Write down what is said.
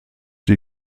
die